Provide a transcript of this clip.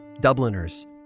Dubliners